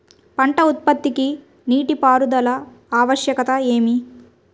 పంట ఉత్పత్తికి నీటిపారుదల ఆవశ్యకత ఏమి?